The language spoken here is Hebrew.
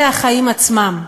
שאלה החיים עצמם.